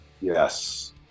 Yes